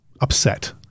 upset